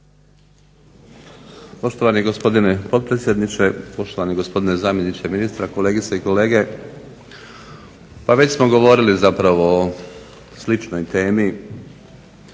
Poštovani gospodine potpredsjedniče, poštovani gospodine zamjeniče ministra, kolegice i kolege. Pa već smo govorili zapravo o sličnoj temi,